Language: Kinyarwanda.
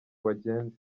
wagenze